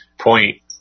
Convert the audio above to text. point